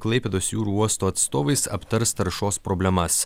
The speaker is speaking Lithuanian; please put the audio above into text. klaipėdos jūrų uosto atstovais aptars taršos problemas